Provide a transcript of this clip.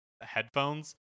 headphones